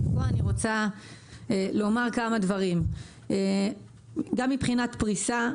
כאן אני רוצה לומר כמה דברים, גם מבחינת פריסה.